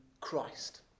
Christ